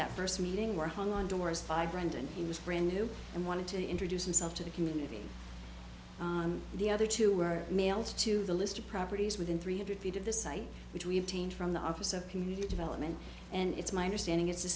that first meeting where honduras five grand and he was brand new and wanted to introduce himself to the community the other two were mailed to the list of properties within three hundred feet of the site which we obtained from the office of community development and it's my understanding it's the